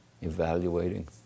evaluating